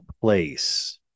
place